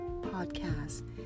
Podcast